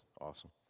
Awesome